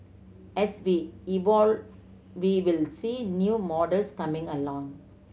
as we evolve we will see new models coming along